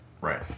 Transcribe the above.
Right